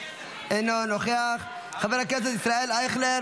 אינו נוכח, חבר הכנסת ישראל אייכלר